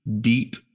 deep